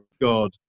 God